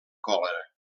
còlera